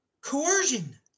coercion